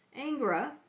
Angra